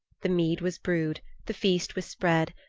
the mead was brewed, the feast was spread,